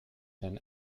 than